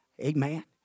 Amen